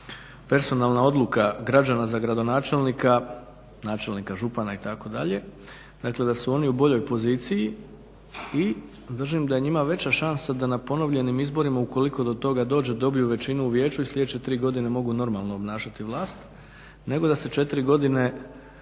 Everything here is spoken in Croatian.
personalna odluka građana za gradonačelnika, načelnika, župana itd., dakle da su oni u boljoj poziciji i držim da je njima veća šansa dana ponovljenim izborima, ukoliko do toga dođe, dobiju većinu u vijeću i sljedeće tri godine mogu normalno obnašati vlast, nego da se četiri godine